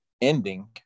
ending